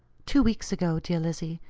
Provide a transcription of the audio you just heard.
two weeks ago, dear lizzie,